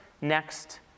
next